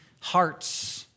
hearts